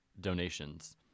donations